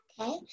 Okay